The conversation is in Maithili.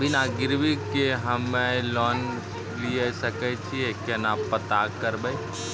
बिना गिरवी के हम्मय लोन लिये सके छियै केना पता करबै?